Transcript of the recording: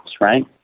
right